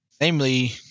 Namely